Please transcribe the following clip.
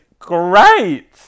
Great